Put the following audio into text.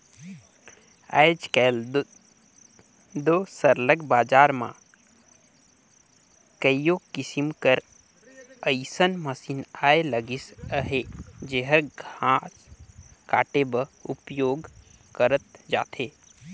आएज काएल दो सरलग बजार में कइयो किसिम कर अइसन मसीन आए लगिन अहें जेहर घांस काटे बर उपियोग करल जाथे